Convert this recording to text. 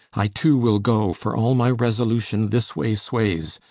i too will go, for all my resolution this way sways.